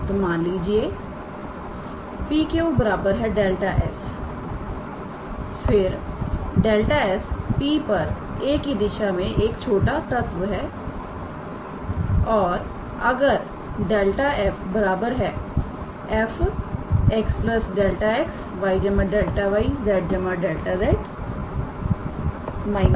तो मान लीजिए 𝑃𝑄 𝛿𝑠 फिर 𝛿𝑠 P पर 𝑎̂ की दिशा में एक छोटा तत्व है और अगर 𝛿𝑓 𝑓𝑥 𝛿𝑥 𝑦 𝛿𝑦 𝑧 𝛿𝑧 − 𝑓𝑥 𝑦 𝑧